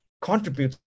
contributes